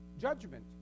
judgment